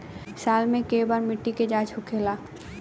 साल मे केए बार मिट्टी के जाँच होखेला?